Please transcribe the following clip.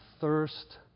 thirst